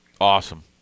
Awesome